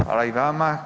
Hvala i vama.